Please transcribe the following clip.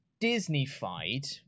disneyfied